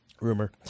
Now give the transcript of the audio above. Rumor